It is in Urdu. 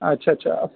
اچھا اچھا